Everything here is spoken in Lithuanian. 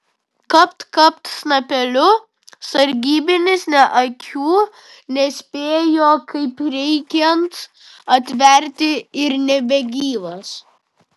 kapt kapt snapeliu sargybinis nė akių nespėjo kaip reikiant atverti ir nebegyvas